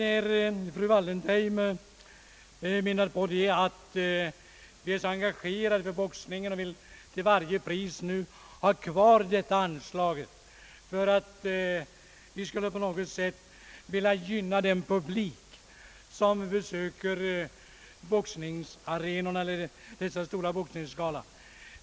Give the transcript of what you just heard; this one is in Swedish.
Fru Wallentheim menar att vi, som är så engagerade för boxningen, till varje pris vill ha kvar detta anslag för att vi skulle på något sätt vilja gynna den publik som besöker de stora boxningsgalorna.